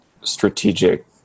strategic